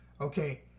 Okay